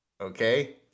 Okay